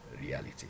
reality